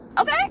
Okay